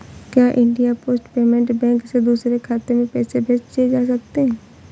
क्या India post payment bank से दूसरे खाते में पैसे भेजे जा सकते हैं?